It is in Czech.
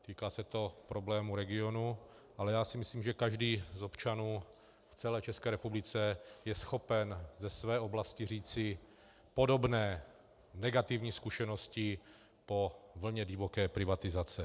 Týká se to problémů regionu, ale já si myslím, že každý z občanů v celé České republice je schopen ze své oblasti říci podobné negativní zkušenosti po vlně divoké privatizace.